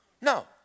No